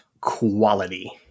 quality